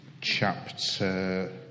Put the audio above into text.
chapter